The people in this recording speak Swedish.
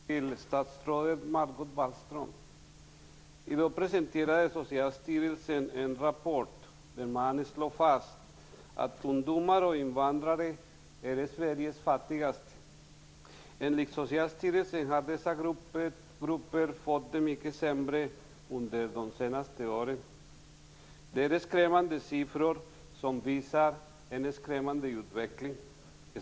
Fru talman! Jag vill ställa en fråga till statsrådet Margot Wallström. I dag presenterade Socialstyrelsen en rapport där man slår fast att ungdomar och invandrare är Sveriges fattigaste. Enligt Socialstyrelsen har dessa grupper fått det mycket sämre under de senaste åren. Det är skrämmande siffror, som visar en skrämmande utveckling.